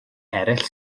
eraill